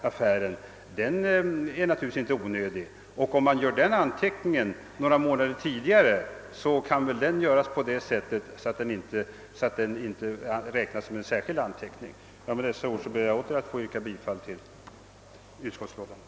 En sådan anteckning är naturligtvis inte onödig. Om den görs några månader tidigare behöver den inte räknas som särskild anteckning. Jag vidhåller mitt yrkande om bifall till utskottets hemställan.